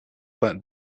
that